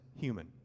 human